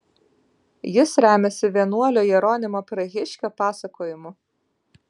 jis remiasi vienuolio jeronimo prahiškio pasakojimu